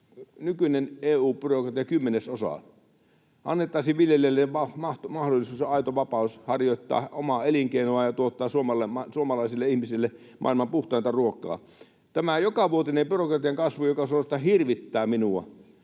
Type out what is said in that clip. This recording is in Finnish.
nykyinen EU-byrokratia kymmenesosaan. Annettaisiin viljelijälle mahdollisuus ja aito vapaus harjoittaa omaa elinkeinoaan ja tuottaa suomalaisille ihmisille maailman puhtainta ruokaa. Tämä jokavuotinen byrokratian kasvu, joka suorastaan hirvittää minua,